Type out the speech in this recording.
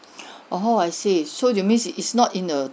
oh I see so you mean it's it's not in the